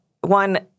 One